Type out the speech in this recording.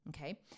Okay